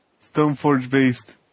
Stoneforge-based